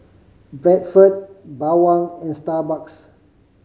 Bradford Bawang and Starbucks